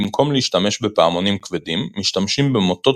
במקום להשתמש בפעמונים כבדים משתמשים במוטות